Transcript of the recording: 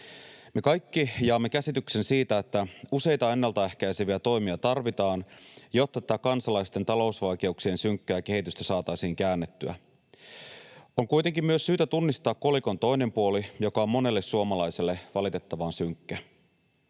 Me kaikki jaamme käsityksen siitä, että useita ennaltaehkäiseviä toimia tarvitaan, jotta tätä kansalaisten talousvaikeuksien synkkää kehitystä saataisiin käännettyä. On kuitenkin myös syytä tunnistaa kolikon toinen puoli, joka on monelle suomalaiselle valitettavan synkkä.